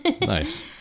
Nice